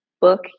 book